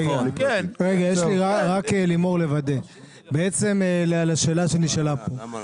אני רוצה לוודא באשר לשאלה שנשאלה כאן.